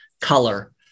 color